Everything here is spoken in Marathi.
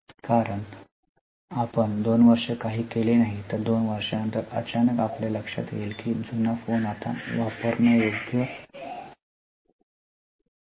कारण जर आपण 2 वर्षे काही केले नाही तर 2 वर्षानंतर अचानक आपल्या लक्षात येईल की जुना फोन आता वापरण्यायोग्य नाही